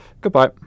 Goodbye